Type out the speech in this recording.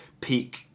peak